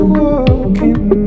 walking